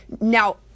Now